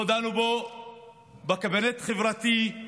לא דנו בו בקבינט החברתי-כלכלי.